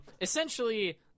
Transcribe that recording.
Essentially